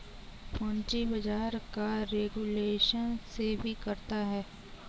पूंजी बाजार का रेगुलेशन सेबी करता है